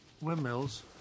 Windmills